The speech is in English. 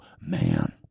man